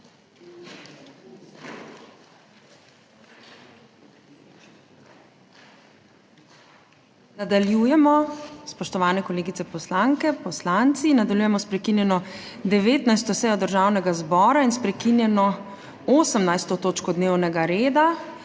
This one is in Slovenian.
Nadaljujemo, spoštovani kolegice poslanke, poslanci! Nadaljujemo s prekinjeno 19. sejo Državnega zbora in **s prekinjeno 18. točko dnevnega reda,